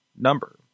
number